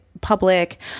public